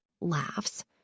Laughs